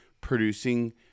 producing